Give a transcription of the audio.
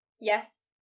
Yes